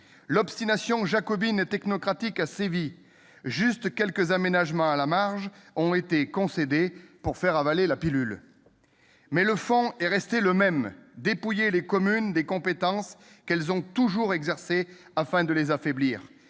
L'obstination jacobine et technocratique a sévi. Seuls quelques aménagements à la marge ont été concédés pour faire avaler la pilule, mais le fond est resté le même : dépouiller les communes des compétences qu'elles ont toujours exercées afin de les affaiblir